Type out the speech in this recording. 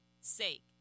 sake